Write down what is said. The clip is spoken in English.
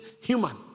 human